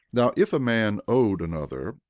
now if a man owed another,